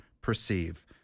perceive